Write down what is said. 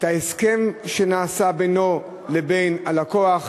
ההסכם שנעשה בינו לבין הלקוח,